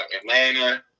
Atlanta